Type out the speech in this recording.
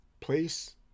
place